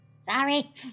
Sorry